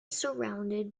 surrounded